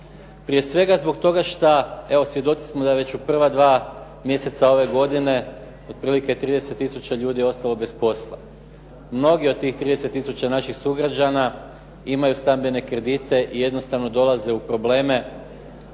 Prije svega zbog toga što evo, svjedoci smo da već u prva dva mjeseca ove godine otprilike 30 tisuća ljudi je ostalo bez posla. Mnogi od tih 30 tisuća naših sugrađana imaju stambene kredite i jednostavno dolaze u probleme